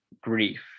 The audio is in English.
grief